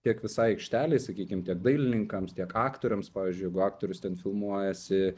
tiek visai aikštelėj sakykim tiek dailininkams tiek aktoriams pavyzdžiui jeigu aktorius ten filmuojasi